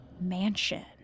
mansion